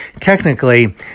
technically